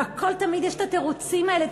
ותמיד יש התירוצים האלה,